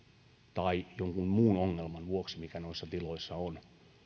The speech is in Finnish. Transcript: tai vuoksi mikä noissa tiloissa on